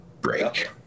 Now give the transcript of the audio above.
break